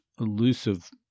elusive